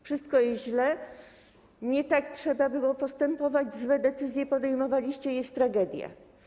Wszystko jest źle, nie tak trzeba było powstępować, złe decyzje podejmowaliście, jest tragedia.